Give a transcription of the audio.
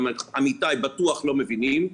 גם עמיתיי בטוח לא מבינים.